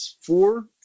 four